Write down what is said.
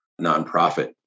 nonprofit